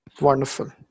Wonderful